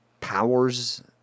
powers